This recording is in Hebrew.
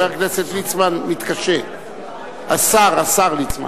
חבר הכנסת ליצמן מתקשה, השר ליצמן.